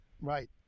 right